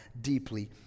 deeply